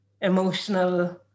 emotional